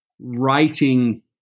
writing